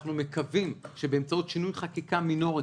אנחנו מקווים שבאמצעות שינוי חקיקה מינורי